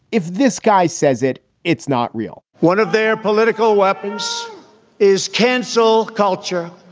if this guy says it, it's not real one of their political weapons is cancel culture,